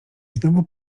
znowu